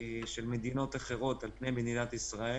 של מדינות אחרות על פני מדינת ישראל.